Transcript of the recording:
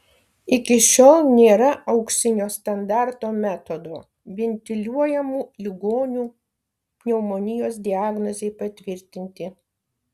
iki šiol nėra auksinio standarto metodo ventiliuojamų ligonių pneumonijos diagnozei patvirtinti